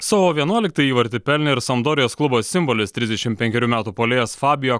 savo vienuoliktą įvartį pelnė ir sandorijos klubo simbolis trisdešim penkerių metų puolėjas fabijo